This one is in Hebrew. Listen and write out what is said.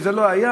שזה לא היה.